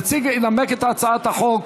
ינמק את הצעת החוק